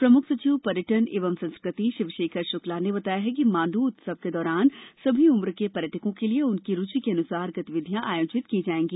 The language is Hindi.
प्रमुख सचिव पर्यटन एवं संस्कृति शिवशेखर शुक्ला ने बताया कि माण्डू उत्सव के दौरान सभी उम्र के पर्यटकों के लिए उनकी रुचि अनुसार गतिविधियाँ आयोजित की जाएगी